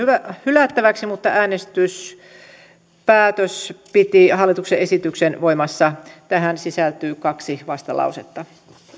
hylättäväksi mutta äänestyspäätös piti hallituksen esityksen voimassa tähän sisältyy kaksi vastalausetta kiitos